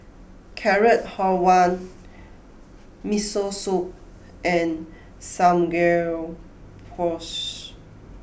Carrot Halwa Miso Soup and Samgeyopsal